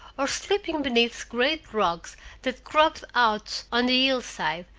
or slipping beneath great rocks that cropped out on the hillside,